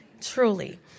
Truly